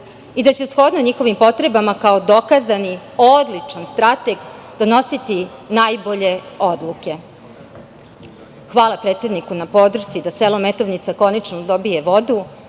i da će shodno njihovim potrebama, kao dokazani odličan strateg, donositi najbolje odluke. Hvala predsedniku na podršci da selo Metovnica konačno dobije vodu,